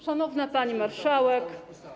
Szanowna Pani Marszałek!